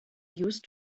used